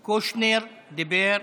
קושניר, דיבר,